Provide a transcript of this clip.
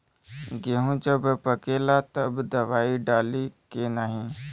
गेहूँ जब पकेला तब दवाई डाली की नाही?